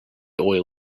oil